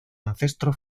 ancestro